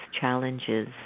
challenges